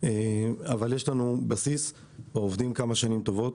אבל יש לנו בסיס ועובדים כמה שנים טובות.